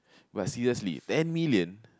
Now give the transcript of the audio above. but seriously ten million